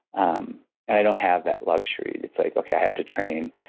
um i don't have that luxury. it's like okay, i have to train.